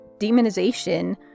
demonization